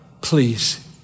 please